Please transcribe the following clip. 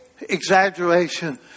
exaggeration